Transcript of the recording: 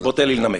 בוא תן לי לנמק.